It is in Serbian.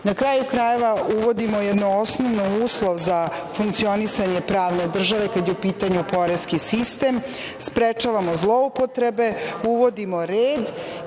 kraju krajeva, uvodimo jedan osnovni uslov za funkcionisanje pravne države kada je u pitanju poreski sistem, sprečavamo zloupotrebe, uvodimo red